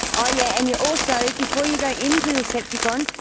oh yeah, and you're also, before you go into decepticon,